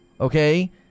okay